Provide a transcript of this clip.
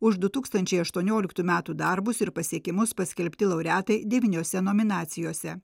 už du tūkstančiai aštuonioliktų metų darbus ir pasiekimus paskelbti laureatai devyniose nominacijose